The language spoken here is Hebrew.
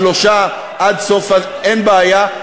שלושה, עד סוף, אין בעיה.